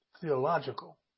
theological